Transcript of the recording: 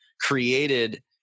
created